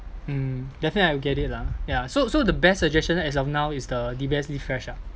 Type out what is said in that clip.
mm definitely I'll get it lah ya so so the best suggestion as of now is the D_B_S live fresh ah